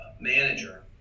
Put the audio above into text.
manager